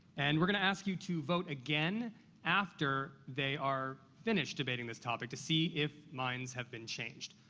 and we're gonna ask you to vote again after they are finished debating this topic to see if minds have been changed.